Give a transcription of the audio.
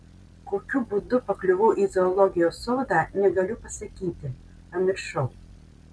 kokiu būdu pakliuvau į zoologijos sodą negaliu pasakyti pamiršau